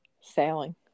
Sailing